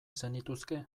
zenituzke